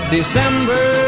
December